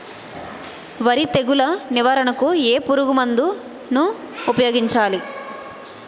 వరి తెగుల నివారణకు ఏ పురుగు మందు ను ఊపాయోగించలి?